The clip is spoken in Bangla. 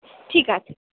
ঠিক আছে